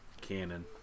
canon